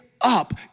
up